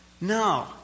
No